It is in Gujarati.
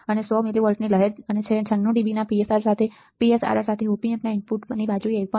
તેથી 100 મિલી વોલ્ટની લહેર અને 96 ડીબીના PSRR સાથે Op amp ઇનપુટ જમણી બાજુએ 1